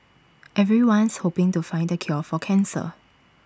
everyone's hoping to find the cure for cancer